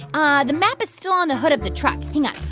ah the map is still on the hood of the truck. hang on.